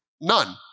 None